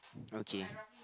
okay